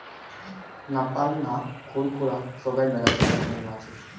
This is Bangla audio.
নাপার না, খুর খুরা সোগায় মেলাছেন রকমের মাছ হই